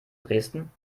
dresden